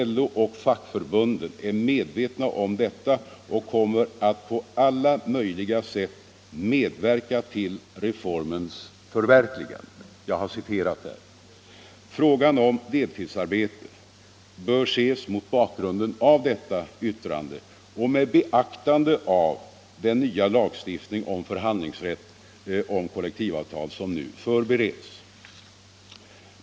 LO och fackförbunden är medvetna om detta och kommer att på alla möjliga sätt medverka till reformens förverkligande.” Frågan om deltidsarbete bör ses mot bakgrunden av detta yttrande och med beaktande av den nya lagstiftning om förhandlingsrätt om kollektivavtal som nu förbereds.